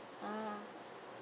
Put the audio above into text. ah